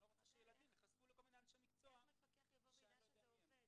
אני לא רוצה שילדים ייחשפו לכל מיני אנשי מקצוע שאני לא יודע מי